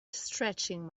stretching